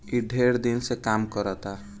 ई ढेर दिन से काम करता